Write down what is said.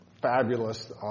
Fabulous